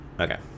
Okay